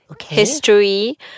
History